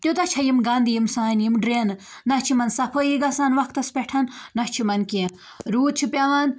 تیوٗتاہ چھےٚ یِم گَندٕ یِم سانہِ یِم ڈرٛینہٕ نہ چھِ یِمَن صفٲیی گَژھان وَقتَس پٮ۪ٹھ نہ چھُ یِمَن کینٛہہ روٗد چھُ پٮ۪وان